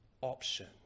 option